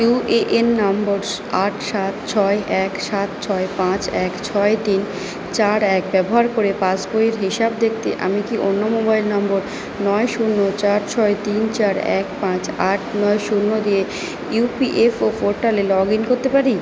UAN নম্বর আট সাত ছয় এক সাত ছয় পাঁচ এক ছয় তিন চার এক ব্যবহার করে পাসবইয়ের হিসাব দেখতে আমি কি অন্য মোবাইল নম্বর নয় শূন্য চার ছয় তিন চার এক পাঁচ আট নয় শূন্য দিয়ে ইপিএফও পোর্টালে লগ ইন করতে পারি